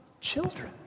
children